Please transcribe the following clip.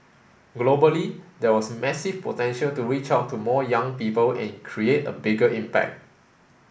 globally there was massive potential to reach out to more young people and create a bigger impact